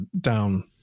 down